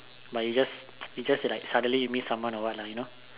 but you just you just like suddenly miss someone or what lah you know